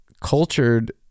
cultured